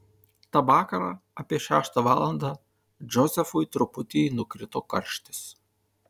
tą vakarą apie šeštą valandą džozefui truputį nukrito karštis